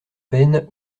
peines